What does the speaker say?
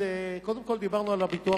קודם כול, דיברנו פה על הביטוח